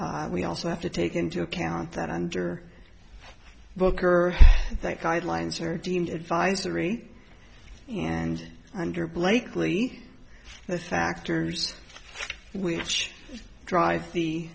name we also have to take into account that under booker that guidelines are deemed advisory and under blakeley the factors which drive the